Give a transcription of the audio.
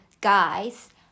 guys